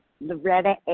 Loretta